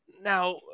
Now